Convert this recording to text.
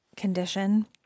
condition